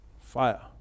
fire